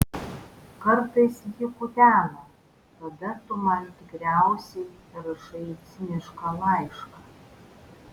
kartais jį kutena tada tu man tikriausiai rašai cinišką laišką